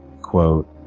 Quote